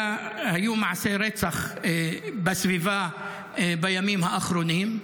היו מעשי רצח בסביבה בימים האחרונים,